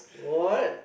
what